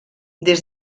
des